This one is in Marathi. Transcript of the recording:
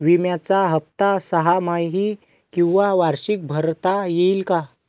विम्याचा हफ्ता सहामाही किंवा वार्षिक भरता येईल का?